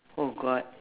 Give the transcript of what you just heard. oh God